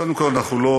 קודם כול, אנחנו לא